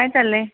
काय चाललेय